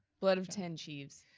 blood of ten chiefs,